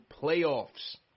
playoffs